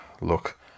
Look